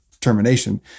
termination